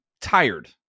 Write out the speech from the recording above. tired